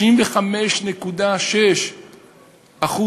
ש-35.6%